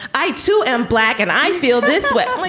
i, too, am black and i feel this way. like